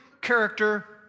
character